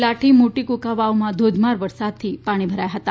લાઠી મોટી કુંકાવાવમાં ધોધમાર વરસાદથી પાણી ભરાયા હતા